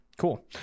Cool